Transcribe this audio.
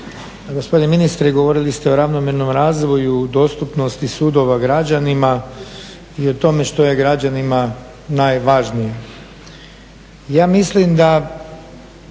Gospodine ministre govorili ste o ravnomjernom razvoju, dostupnosti sudova građanima i o tome što je građanima najvažnije. Ja mislim da